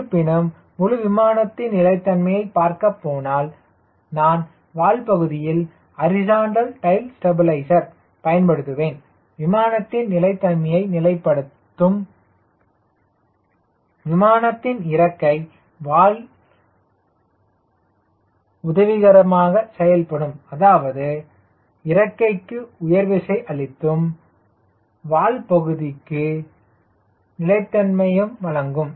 இருப்பினும் முழு விமானத்தின் நிலைத்தன்மையை பார்க்கப்போனால் நான் வால் பகுதியில் ஹரிசாண்டல் டைல் ஸ்டெபிலைசர் பயன்படுத்துவேன் விமானத்தின் நிலைத்தன்மையை நிலைப்படுத்தும் விமானத்தின் இறக்கை வால் உதவிகரமாக செயல்படும் அதாவது இறக்கைக்கு உயர் விசை அளித்தும் வால் பகுதிக்கு நிலைத்தன்மையும் வழங்கும்